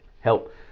help